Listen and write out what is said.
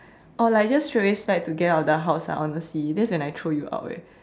or like just straight away slide to get out of the house lah honestly that's when I throw you out eh